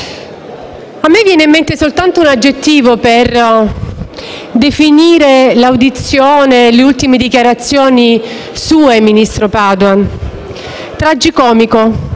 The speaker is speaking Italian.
a me viene in mente soltanto un aggettivo per definire la recente audizione e le ultime dichiarazioni del ministro Padoan: tragicomico.